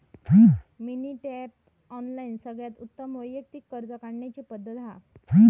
मनी tap, online सगळ्यात उत्तम व्यक्तिगत कर्ज काढण्याची पद्धत हा